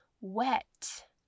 wet